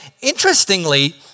interestingly